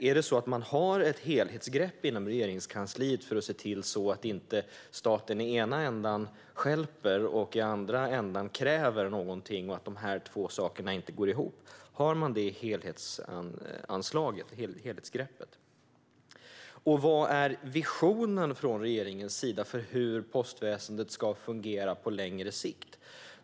Tar Regeringskansliet ett helhetsgrepp för att se till att staten inte i ena änden stjälper och i andra änden kräver och att dessa två saker inte går ihop? Vad är regeringens vision för hur postväsendet ska fungera på längre sikt?